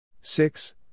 Six